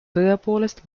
tõepoolest